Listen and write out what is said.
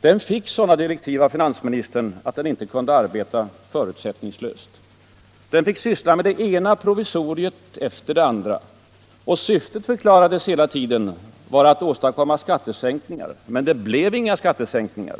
Den fick sådana direktiv, att den inte kunde arbeta förutsättningslöst. Den fick syssla med det ena provisoriet efter det andra. Syftet förklarades vara att åstadkomma skattesänkningar. Men det blev inga skattesänkningar.